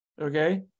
okay